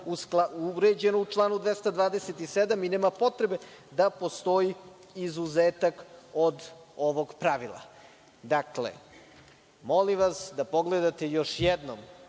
ugrađeno u članu 227. i nema potrebe da postoji izuzetak od ovog pravila. Dakle, molim vas da pogledate još jednom